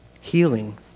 healing